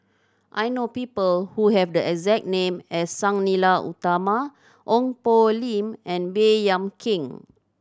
I know people who have the exact name as Sang Nila Utama Ong Poh Lim and Baey Yam Keng